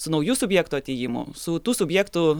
su naujų subjektų atėjimu su tų subjektų